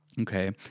Okay